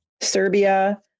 serbia